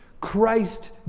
Christ